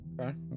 Okay